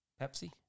Pepsi